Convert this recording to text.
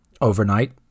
overnight